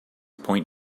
point